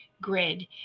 grid